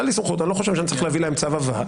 לי סמכות שאני צריך להביא להם צו הבאה.